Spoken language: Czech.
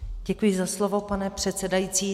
Děkuji za slovo, pane předsedající.